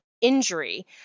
injury